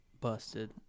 busted